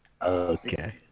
Okay